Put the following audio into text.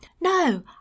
No